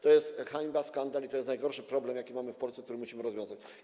To jest hańba, skandal i to jest najgorszy, największy problem, jaki mamy w Polsce i który musimy rozwiązać.